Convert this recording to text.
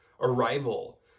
arrival